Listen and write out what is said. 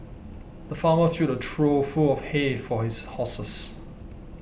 the farmer filled a trough full of hay for his horses